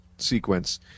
Sequence